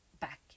back